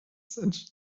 sensual